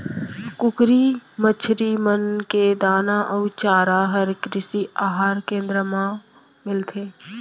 कुकरी, मछरी मन के दाना अउ चारा हर कृषि अहार केन्द्र मन मा मिलथे